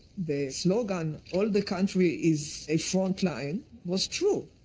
the slogan, all the country is a frontline was true.